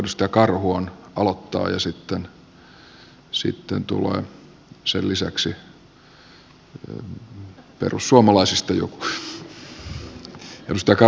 edustaja karhu aloittaa ja sitten tulee sen lisäksi perussuomalaisista joku